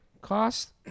cost